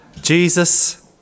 Jesus